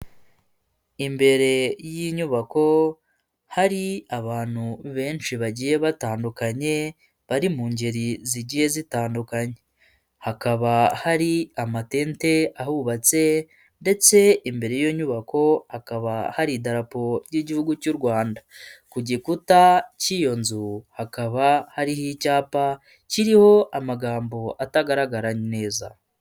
Imbere y'inyubako hari abantu benshi bagiye batandukanye bari mu ngeri zigiye zitandukanye, hakaba hari amatente ahubatse ndetse imbere y'iyo nyubako hakaba hari idarapo ry'igihugu cy'u Rwanda, ku gikuta cy'iyo nzu hakaba hariho icyapa kiriho amagambo atagaragara neza.